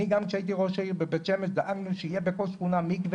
אני גם כשהייתי ראש עיר בבית שמש דאגנו שיהיה בכל שכונה מקווה